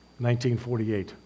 1948